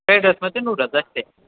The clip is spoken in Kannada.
ಫೈಡ್ ರೈಸ್ ಮತ್ತು ನೂಡಲ್ಸ್ ಅಷ್ಟೇ